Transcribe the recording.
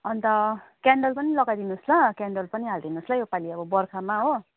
अन्त क्यान्डल पनि लगाइदिनुहोस् ल क्यान्डल पनि हालिदिनुहोस् ल यो पाली अब बर्खामा हो